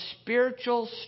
spiritual